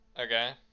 okay